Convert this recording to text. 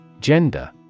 Gender